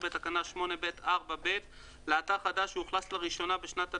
בתקנה 8(ב)(4)(ב) לאתר חדש שאוכלס לראשונה בשנת התכנון,